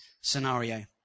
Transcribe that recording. scenario